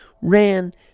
ran